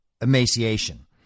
emaciation